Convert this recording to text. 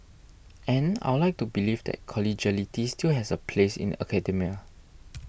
and I'd like to believe that collegiality still has a place in academia